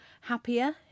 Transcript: happier